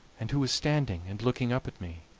and who was standing and looking up at me.